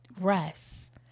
rest